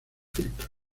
filtro